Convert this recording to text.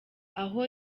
aho